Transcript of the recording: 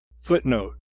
Footnote